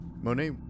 Monet